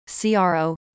CRO